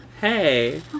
hey